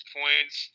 points